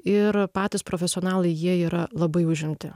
ir patys profesionalai jie yra labai užimti